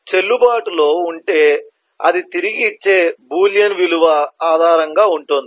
చెల్లుబాటులో ఉంటే అది తిరిగి ఇచ్చే బూలియన్ విలువ ఆధారంగా ఉంటుంది